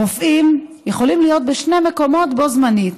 רופאים יכולים להיות בשני מקומות בו-זמנית.